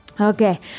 Okay